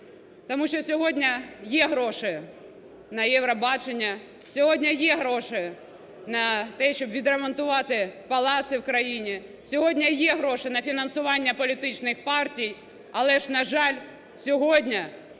Тому що сьогодні є гроші на "Євробачення", сьогодні є гроші на те, щоб відремонтувати палаци в країні, сьогодні є гроші на фінансування політичних партій. Але ж, на жаль, сьогодні